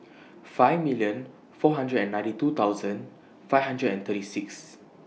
five million four hundred and ninety two thousand five hundred and thirty six